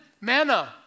manna